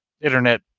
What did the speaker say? internet